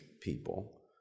people